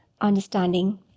understanding